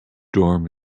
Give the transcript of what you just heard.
dorm